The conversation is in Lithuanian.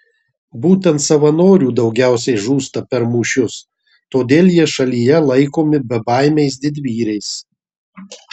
būtent savanorių daugiausiai žūsta per mūšius todėl jie šalyje laikomi bebaimiais didvyriais